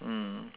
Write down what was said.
mm